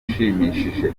ushimishije